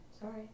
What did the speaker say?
sorry